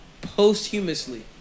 posthumously